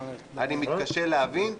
אני מתקשה להבין.